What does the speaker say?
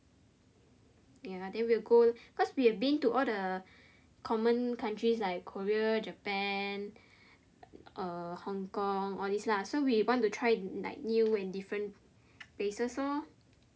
ya then we will go cause we have been to all the common countries like Korea Japan uh Hong-Kong all this lah so we want to try like new and different places lor